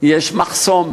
כאן יש מחסום.